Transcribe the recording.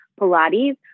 Pilates